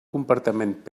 comportament